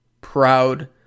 proud